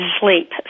sleep